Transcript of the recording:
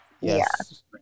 Yes